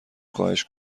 خواهش